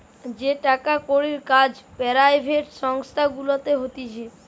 যেই টাকার কড়ির কাজ পেরাইভেট সংস্থা গুলাতে হতিছে